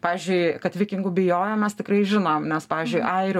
pavyzdžiui kad vikingų bijojo mes tikrai žinom nes pavyzdžiui airių